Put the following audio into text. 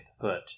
foot